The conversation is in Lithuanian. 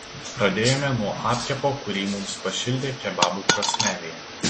pradėjome nuo apkepo kurį mums pašildė kebabų krosnelėje